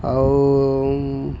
ଆଉ